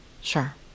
sure